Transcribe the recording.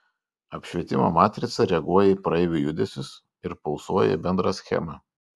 apšvietimo matrica reaguoja į praeivių judesius ir pulsuoja į bendrą schemą